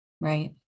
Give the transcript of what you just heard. Right